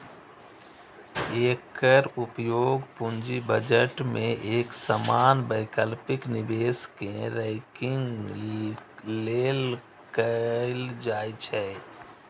एकर उपयोग पूंजी बजट मे एक समान वैकल्पिक निवेश कें रैंकिंग लेल कैल जाइ छै